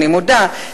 אני מודה,